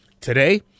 Today